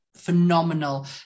Phenomenal